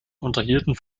unterhielten